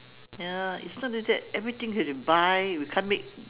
ya it's not only that everything we have to buy we can't make